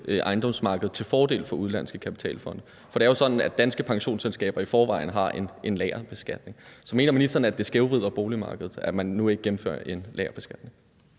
ejendomsmarkedet til fordel for udenlandske kapitalfonde. For det er jo sådan, at danske pensionsselskaber i forvejen har en lagerbeskatning. Så mener ministeren, at det skævvrider boligmarkedet, at man nu ikke gennemfører en lagerbeskatning?